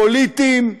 פוליטיים,